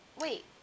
Wait